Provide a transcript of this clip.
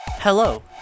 Hello